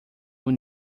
will